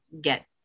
get